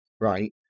right